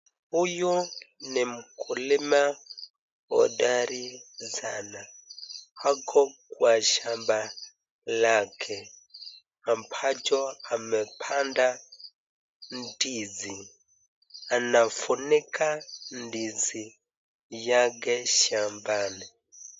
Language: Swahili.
Huyu ni mkulima hodari sana, ako kwa shamba lake ambacho amepanda ndizi. Anafunika ndizi yake shambani.